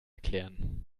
erklären